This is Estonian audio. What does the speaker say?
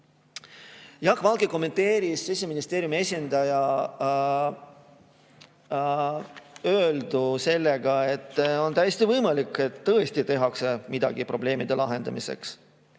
Jaak Valge kommenteeris Siseministeeriumi esindaja öeldu kohta seda, et on täiesti võimalik, et tõesti tehakse midagi probleemide lahendamiseks,